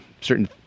certain